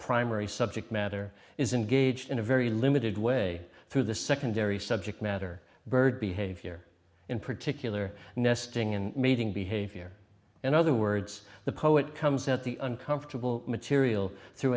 primary subject matter is engaged in a very limited way through the secondary subject matter bird behavior in particular nesting in meeting behavior in other words the poet comes at the uncomfortable material through